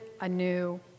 anew